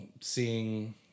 seeing